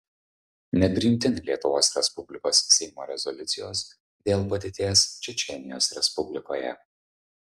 nepriimti lietuvos respublikos seimo rezoliucijos dėl padėties čečėnijos respublikoje